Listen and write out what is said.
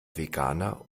veganer